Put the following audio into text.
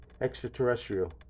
extraterrestrial